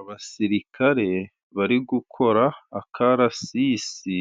Abasirikare bari gukora akarasisi